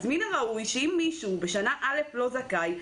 אם מישהו בשנה א' לא זכאי,